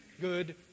good